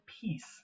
peace